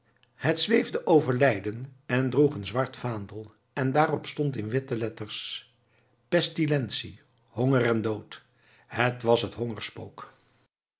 het zweefde over leiden en droeg een zwart vaandel en daarop stond in witte letters pestilentie honger en dood het was het